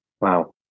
Wow